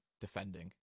defending